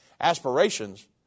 aspirations